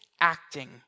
acting